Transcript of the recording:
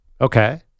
okay